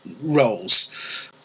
roles